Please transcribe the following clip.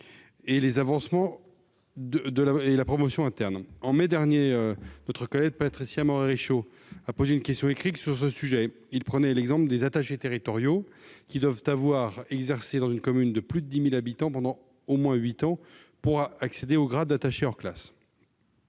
territoriaux, et la promotion interne. En mai dernier, notre collègue Patricia Morhet-Richaud a posé une question écrite sur ce sujet. Elle prenait l'exemple des attachés territoriaux, qui doivent avoir exercé dans une commune de plus de 10 000 habitants pendant au moins huit ans pour accéder au grade d'attaché hors classe.